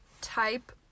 type